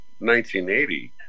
1980